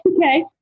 Okay